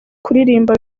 kuririmba